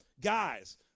Guys